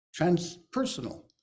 transpersonal